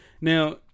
Now